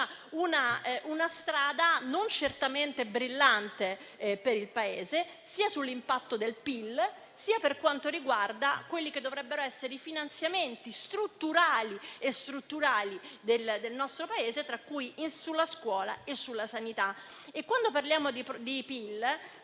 una strada non certamente brillante per il Paese sia sull'impatto del PIL sia per quanto riguarda quelli che dovrebbero essere i finanziamenti strutturali del nostro Paese, tra cui quelli sulla scuola e sulla sanità. Quando parliamo di PIL,